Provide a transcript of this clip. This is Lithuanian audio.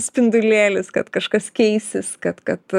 spindulėlis kad kažkas keisis kad kad